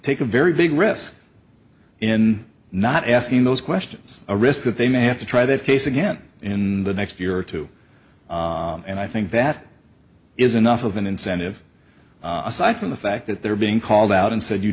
take a very big risk in not asking those questions a risk that they may have to try that case again in the next year or two and i think that is enough of an incentive aside from the fact that they're being called out and said you